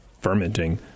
fermenting